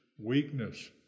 weakness